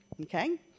Okay